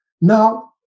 Now